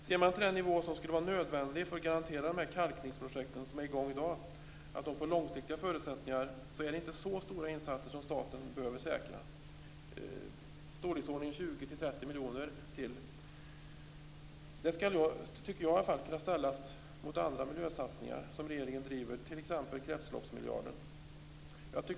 Ser man till den nivå som skulle vara nödvändig för att garantera att de kalkningsprojekt som är i gång i dag får långsiktiga förutsättningar, är det inte så stora insatser som staten behöver säkra. Det är i storleksordningen ytterligare 20-30 miljoner kronor. Jag tycker att det kan ställas mot andra miljösatsningar som regeringen driver, t.ex. kretsloppsmiljarden.